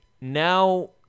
Now